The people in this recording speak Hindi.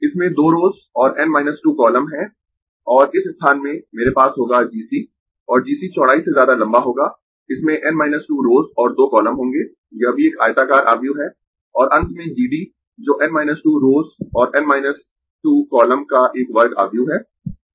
इसमें 2 रोस और N 2 कॉलम है और इस स्थान में मेरे पास होगा GC और GC चौड़ाई से ज्यादा लंबा होगा इसमें N 2 रोस और 2 कॉलम होंगें यह भी एक आयताकार आव्यूह है और अंत में GD जो N 2 रोस और N 2 कॉलम का एक वर्ग आव्यूह है